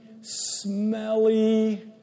smelly